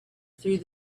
through